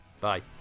Bye